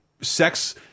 Sex